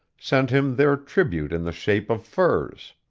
sent him their tribute in the shape of furs